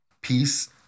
peace